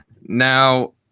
Now